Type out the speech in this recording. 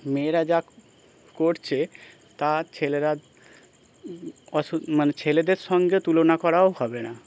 মেয়েরা যা করছে তা ছেলেরা অসু মানে ছেলেদের সঙ্গে তুলনা করাও হবে না